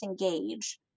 engage